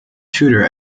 tutor